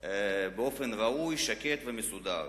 באופן ראוי, שקט ומסודר,